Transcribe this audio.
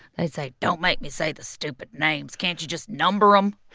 they'd say, don't make me say the stupid names. can't you just number um